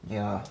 yeah